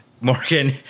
Morgan